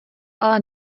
ale